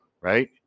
Right